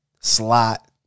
Slot